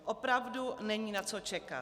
Opravdu není na co čekat.